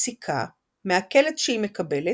מסיקה, מהקלט שהיא מקבלת,